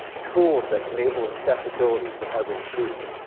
tools that enable accessibility for every student.